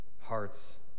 heart's